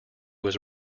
was